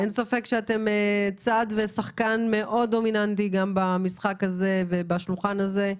אין ספק שאתם צד ושחקן מאוד דומיננטי גם במשחק הזה ובשולחן הזה.